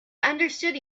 understood